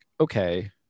okay